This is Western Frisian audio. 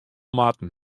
moatten